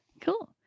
Cool